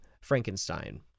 Frankenstein